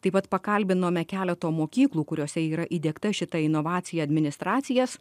taip pat pakalbinome keleto mokyklų kuriose yra įdiegta šita inovacija administracijas